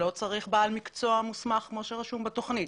לא צריך בעל מקצוע מוסמך כמו שרשום בתוכנית.